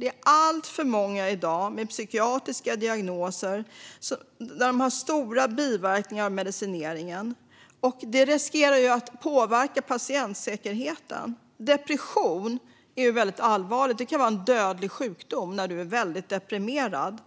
Det är i dag alltför många med psykiatriska diagnoser som får stora biverkningar av medicineringen, och detta riskerar att påverka patientsäkerheten. Depression är väldigt allvarligt. Det kan vara en dödlig sjukdom när man är deprimerad.